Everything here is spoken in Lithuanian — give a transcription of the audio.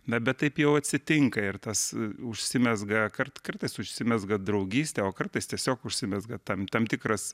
na bet taip jau atsitinka ir tas užsimezga kart kartais užsimezga draugystė o kartais tiesiog užsimezga tam tam tikras